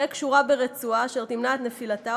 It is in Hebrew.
תהא קשורה ברצועה אשר תמנע את נפילתה